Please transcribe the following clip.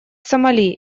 сомали